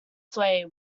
sway